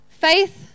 Faith